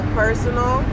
personal